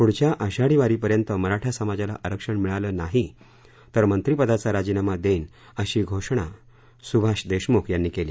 पुढच्या आषाढी वारीपर्यंत मराठा समाजाला आरक्षण नाही मिळालं तर मंत्रीपदाचा राजीनामा देईन अशी घोषणा सुभाष देशमुख यांनी केली